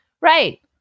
Right